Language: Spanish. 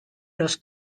los